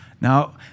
Now